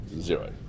zero